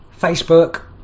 Facebook